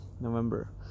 november